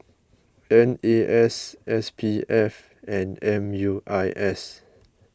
N A S S P F and M U I S